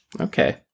Okay